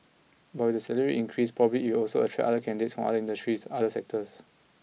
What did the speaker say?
but with the salary increase probably it also attract other candidates from other industries other sectors